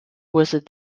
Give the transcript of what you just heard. visit